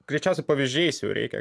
greičiausiai pavyzdžiais jau reikia